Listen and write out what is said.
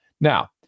Now